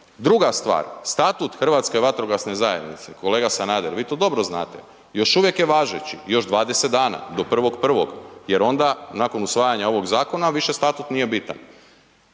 Druga stvar. Statut Hrvatske vatrogasne zajednice, kolega Sanader, vi to dobro znate, još uvijek je važeći, još 20 dana, do 1.1. jer onda nakon usvajanja ovog zakona više statut nije bitan.